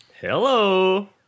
Hello